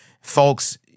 Folks